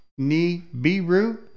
Nibiru